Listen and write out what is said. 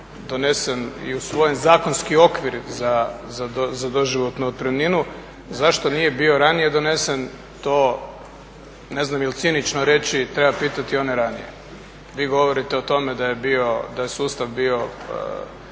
donesen i usvojen zakonski okvir za doživotnu otpremninu. Zašto nije bio ranije donesen to ne znam je li cinično reći treba pitati one ranije. Vi govorite o tome da je bio,